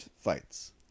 fights